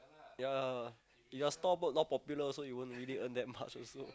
ya lah your store board not popular also you won't really earn that much also